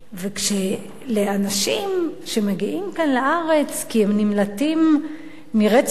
כשאנשים שמגיעים לכאן לארץ כי הם נמלטים מרצח עם